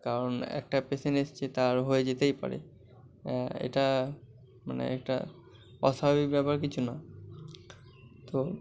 কারণ একটা পেসেন্ট এসছে তার হয়ে যেতেই পারে এটা মানে একটা অস্বাভাবিক ব্যাপার কিছু না তো